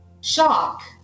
shock